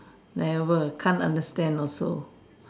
never can't understand also